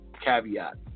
caveat